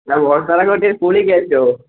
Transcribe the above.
എടാ വോൾസറൊക്കെ വെട്ടിയാൽ സ്കൂളില് കയറ്റുമോ